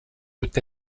peut